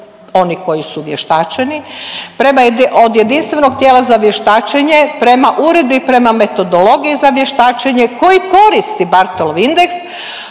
oni koji su vještačeni od jedinstvenog tijela za vještačenje prema uredbi i prema metodologiji za vještačenje koji koristi Bartolov indeks,